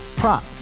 prop